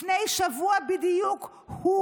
לפני שבוע בדיוק הוא